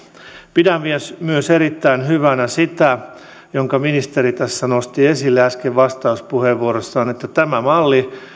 pidän myös myös erittäin hyvänä sitä minkä ministeri tässä nosti esille äsken vastauspuheenvuorossaan että tämä malli